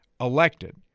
elected